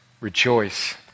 Rejoice